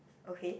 okay